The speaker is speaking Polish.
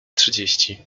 trzydzieści